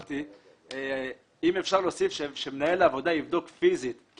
אם אפשר להוסיף שמנהל העבודה יבדוק פיזית את הפיגום,